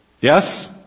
Yes